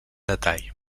detall